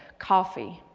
coffee.